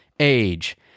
age